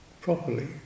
properly